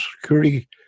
Security